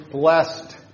blessed